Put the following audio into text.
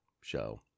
show